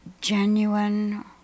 genuine